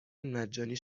مجانی